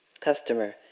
Customer